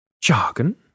Jargon